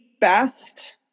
best